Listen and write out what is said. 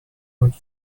would